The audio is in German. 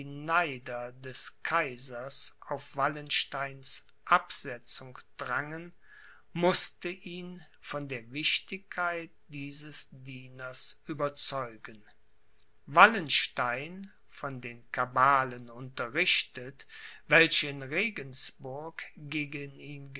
neider des kaisers auf wallensteins absetzung drangen mußte ihn von der wichtigkeit dieses dieners überzeugen wallenstein von den kabalen unterrichtet welche in regensburg gegen ihn